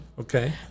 Okay